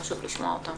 חשוב לשמוע אותם.